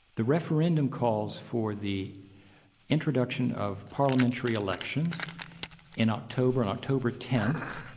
the referendum calls for the introduction of parliamentary elections in october, on october tenth,